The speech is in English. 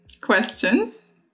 questions